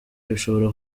bishobora